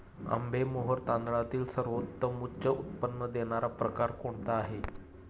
आंबेमोहोर तांदळातील सर्वोत्तम उच्च उत्पन्न देणारा प्रकार कोणता आहे?